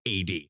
AD